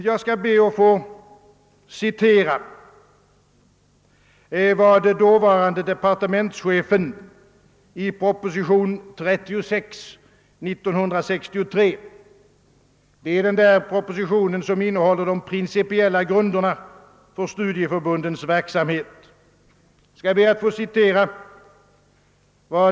Jag ber att få citera vad dåvarande departementschefen anförde i propositionen 36 år 1963, där de principiella grunderna för studieförbundens verksamhet anges.